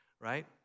right